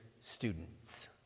students